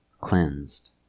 cleansed